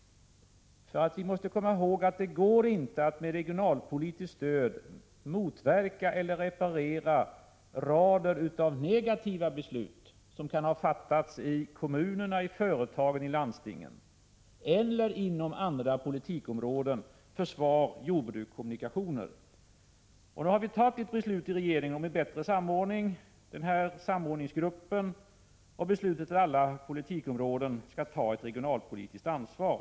Vi måste komma ihåg att det inte går att med regionalpolitiskt stöd motverka eller reparera rader av negativa beslut, som kan ha fattats i kommunerna, i företagen, i landstingen eller inom andra politikområden — försvar, jordbruk, kommunikationer. Vi har tagit ett beslut i regeringen om bättre samordning. Samordningsgruppen har beslutat att alla politikområden skall ta ett regionalpolitiskt ansvar.